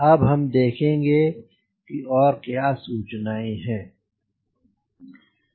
अब हम देखेंगे कि और क्या सूचनाएं हैं